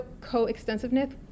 co-extensiveness